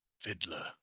Fiddler